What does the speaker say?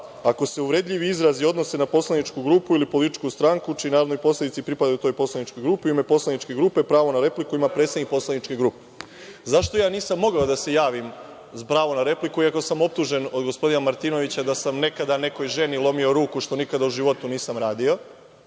ako se uvredljivi izrazi odnose na poslaničku grupu ili političku stranku čiji narodni poslanici pripadaju toj poslaničkoj grupi, u ime poslaničke grupe pravo na repliku ima predsednik poslaničke grupe.Zašto ja nisam mogao da se javim za pravo na repliku, iako sam optužen od gospodina Martinovića da sam nekada nekoj ženi lomio ruku, što nikada u životu nisam radio?